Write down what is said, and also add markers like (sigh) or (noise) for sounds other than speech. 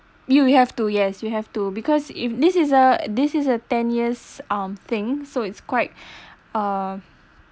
you'll have two yes you have to because if this is a this is a ten years um thing so it's quite (breath) a